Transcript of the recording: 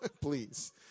please